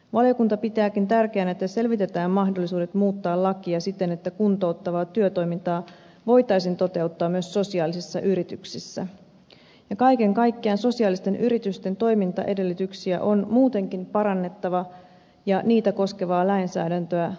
valiokunta pitääkin tärkeänä että selvitetään mahdollisuudet muuttaa lakia siten että kuntouttavaa työtoimintaa voitaisiin toteuttaa myös sosiaalisissa yrityksissä ja kaiken kaikkiaan sosiaalisten yritysten toimintaedellytyksiä on muutenkin parannettava ja niitä koskevaa lainsäädäntöä uudistettava